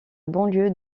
banlieue